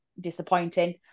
disappointing